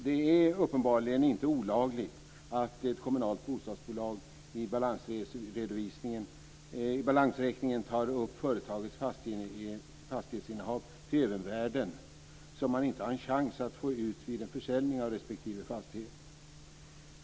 Det är uppenbarligen inte olagligt att ett kommunalt bostadsbolag i balansräkningen tar upp företagets fastighetsinnehav till övervärden som man inte har en chans att få ut vid en försäljning av respektiva fastigheter.